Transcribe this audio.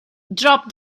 drop